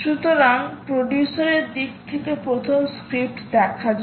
সুতরাং প্রডিউসার এর দিক থেকে প্রথম স্ক্রিপ্ট দেখা যাক